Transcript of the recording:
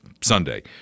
Sunday –